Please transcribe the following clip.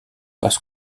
parce